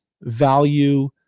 value